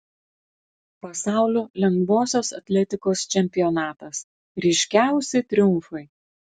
pasaulio lengvosios atletikos čempionatas ryškiausi triumfai